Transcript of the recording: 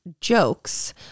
jokes